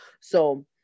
So-